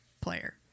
player